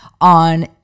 on